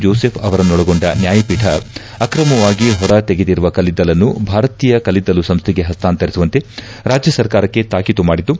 Joseph ಅವರನ್ನೊಳಗೊಂಡ ನ್ಗಾಯಪೀಠ ಆಕ್ರಮವಾಗಿ ಹೊರ ತೆಗೆದಿರುವ ಕಲ್ಲಿದ್ದಲನ್ನು ಭಾರತೀಯ ಕಲ್ಲಿದ್ದಲು ಸಂಸ್ಥೆಗೆ ಪಸ್ತಾಂತರಿಸುವಂತೆ ರಾಜ್ಯ ಸರ್ಕಾರಕ್ಕೆ ತಾಕೀತು ಮಾಡಿದ್ದು